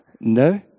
no